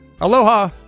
Aloha